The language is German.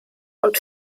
und